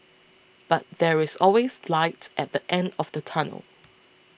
but there is always light at the end of the tunnel